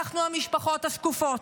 אנחנו המשפחות השקופות,